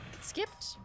skipped